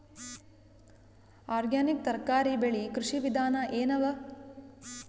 Organic ತರಕಾರಿ ಬೆಳಿ ಕೃಷಿ ವಿಧಾನ ಎನವ?